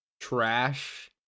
trash